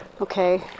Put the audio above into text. okay